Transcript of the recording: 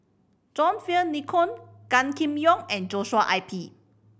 John Fearn Nicoll Gan Kim Yong and Joshua I P